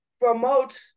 promote